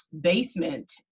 basement